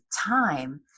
time